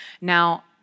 Now